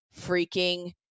freaking